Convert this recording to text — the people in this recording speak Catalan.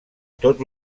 tot